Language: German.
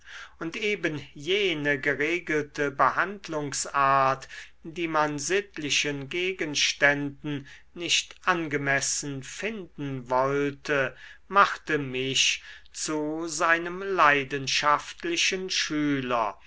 und eben jene geregelte behandlungsart die man sittlichen gegenständen nicht angemessen finden wollte machte mich zu seinem leidenschaftlichen schüler